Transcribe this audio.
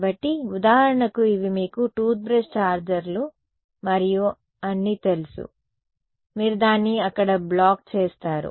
కాబట్టి ఉదాహరణకు ఇవి మీకు టూత్ బ్రష్ ఛార్జర్లు మరియు అన్నీ తెలుసు మీరు దాన్ని అక్కడ బ్లాక్ చేస్తారు